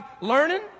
learning